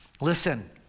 listen